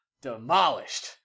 Demolished